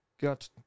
got